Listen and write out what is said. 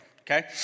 okay